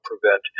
prevent